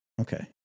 Okay